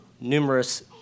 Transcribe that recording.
numerous